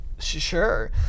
Sure